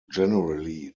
generally